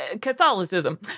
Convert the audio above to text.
Catholicism